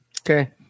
Okay